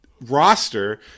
roster